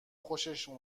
خوششون